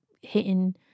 hitting